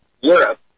Europe